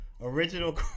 original